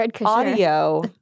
audio